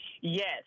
Yes